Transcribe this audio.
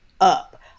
up